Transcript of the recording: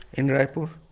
in raipur,